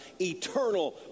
eternal